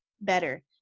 better